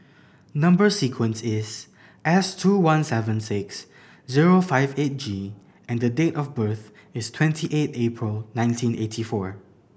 number sequence is S two one seven six zero five eight G and date of birth is twenty eight April nineteen eighty four